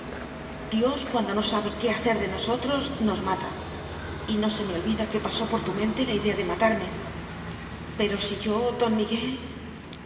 dios cuando no sabe qué hacer de nosotros nos mata y no se me olvida que pasó por tu mente la idea de matarme pero si yo don miguel